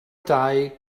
dai